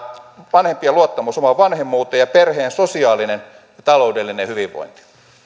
vanhempien luottamus omaan vanhemmuuteen ja perheen sosiaalinen ja taloudellinen hyvinvointi